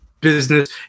business